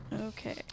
Okay